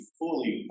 fully